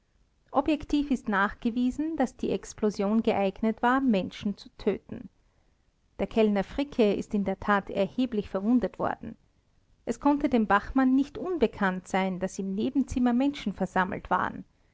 objektiv ist nachgewiesen daß die explosion geeignet war menschen zu töten der kellner fricke ist in der tat erheblich verwundet worden es konnte dem bachmann nicht unbekannt sein daß im nebenzimmer menschen versammelt waren